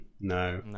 No